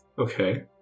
Okay